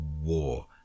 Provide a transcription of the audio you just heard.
war